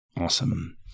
Awesome